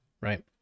right